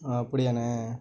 அப்படியாண்ணே